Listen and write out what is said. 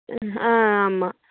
ஆ ஆமாம்